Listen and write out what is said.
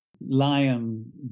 lion